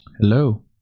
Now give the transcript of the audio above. hello